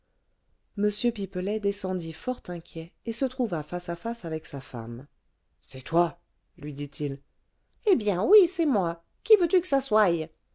m pipelet descendit fort inquiet et se trouva face à face avec sa femme c'est toi lui dit-il eh bien oui c'est moi qui veux-tu que ça soye